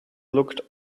looked